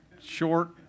short